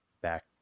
back